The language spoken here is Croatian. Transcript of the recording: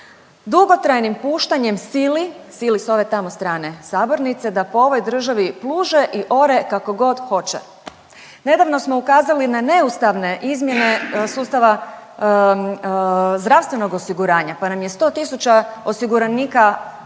dugotrajnim puštanjem sili, sili s ove tamo strane sabornice, da po ovoj državi puže i ore kako god hoće. Nedavno smo ukazali na neustavne izmjene sustava zdravstvenog osiguranja, pa nam je 100 tisuća osiguranika ostalo